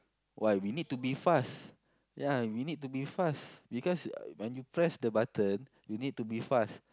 why we need to be fast ya we need to be fast because when you press the button you need to be fast